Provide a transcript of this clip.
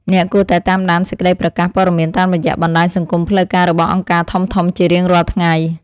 អ្នកគួរតែតាមដានសេចក្តីប្រកាសព័ត៌មានតាមរយៈបណ្តាញសង្គមផ្លូវការរបស់អង្គការធំៗជារៀងរាល់ថ្ងៃ។